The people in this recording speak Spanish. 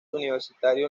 universitario